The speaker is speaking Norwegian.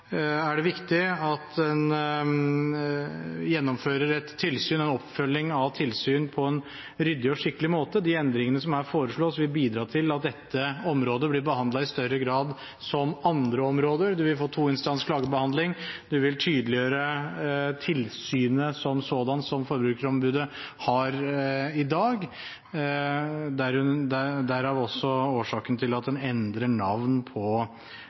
er det viktig at en gjennomfører en oppfølging av tilsyn på en ryddig og skikkelig måte. De endringene som her foreslås, vil bidra til at dette området i større grad blir behandlet som andre områder. En vil få toinstansklagebehandling. Vi vil tydeliggjøre tilsynet som sådant, som Forbrukerombudet har i dag, derav årsaken til at en endrer